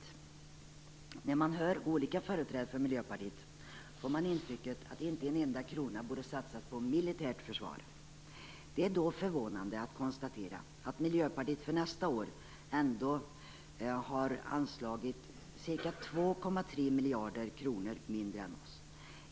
När man hör olika företrädare för Miljöpartiet får man intrycket att inte en enda krona borde satsas på militärt försvar. Det är då förvånande att konstatera att Miljöpartiet för nästa år ändå har anslagit ca 2,3 miljarder kronor mindre än vi.